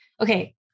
okay